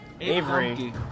Avery